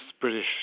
British